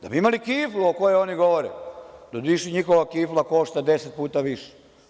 Da bi imali kiflu o kojoj oni govore, doduše njihova kifla košta deset puta više.